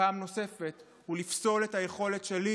פעם נוספת ולפסול את היכולת שלי